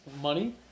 money